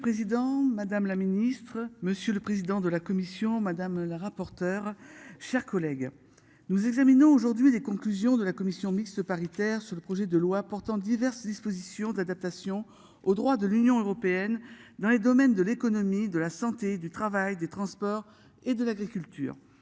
Monsieur le Président Madame la Ministre monsieur le président de la commission, madame la rapporteure chers collègues nous examinons aujourd'hui. Conclusion de la commission mixte paritaire sur le projet de loi portant diverses dispositions d'adaptation au droit de. L'Union européenne dans les domaines de l'économie de la santé, du travail des transports et de l'agriculture.